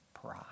pride